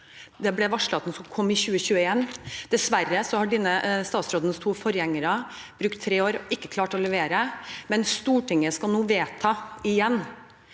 Det ble varslet at den skulle komme i 2021. Dessverre har denne statsrådens to forgjengere brukt tre år og ikke klart å levere, men Stortinget skal nå igjen